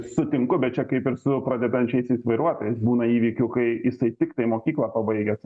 sutinku bet čia kaip ir su pradedančiaisiais vairuotojais būna įvykių kai jisai tiktai mokyklą pabaigęs